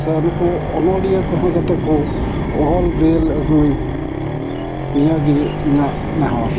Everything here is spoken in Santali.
ᱥᱮ ᱱᱩᱠᱩ ᱚᱱᱚᱞᱤᱭᱟᱹ ᱠᱚᱦᱚᱸ ᱡᱟᱛᱮ ᱠᱚ ᱚᱞᱵᱤᱞ ᱟᱜᱩᱭ ᱱᱤᱭᱟᱹᱜᱮ ᱤᱧᱟᱹᱜ ᱱᱮᱦᱚᱨ